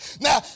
now